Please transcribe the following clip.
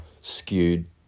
skewed